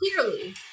clearly